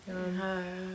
mm ha